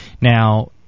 Now